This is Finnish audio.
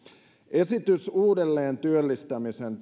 esitys uudelleentyöllistämisen